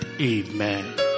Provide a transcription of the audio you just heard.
Amen